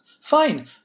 Fine